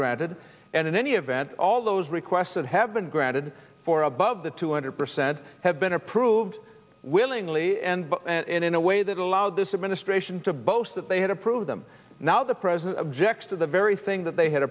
granted and in any event all those requests that have been granted for above the two hundred percent have been approved willingly and in a way that allowed this administration to boast that they had approved them now the president of jecks to the very thing that they had